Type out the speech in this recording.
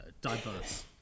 diverse